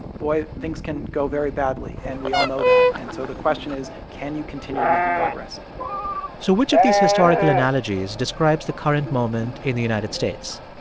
boy, things can go very badly, and we all know that. and so the question is can you continue to make progress progress so which of these historical analogies describes the current moment in the united states?